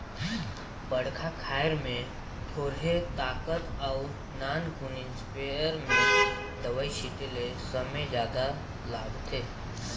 बड़खा खायर में थोरहें ताकत अउ नानकुन इस्पेयर में दवई छिटे ले समे जादा लागथे